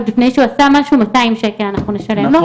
עוד לפני שהוא עשה משהו מאתיים שקל אנחנו נשלם לו.